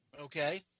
Okay